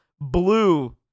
blue